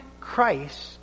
Christ